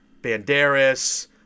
Banderas